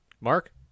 Mark